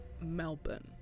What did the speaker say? Melbourne